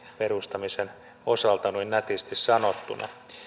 perustamisen osalta noin nätisti sanottuna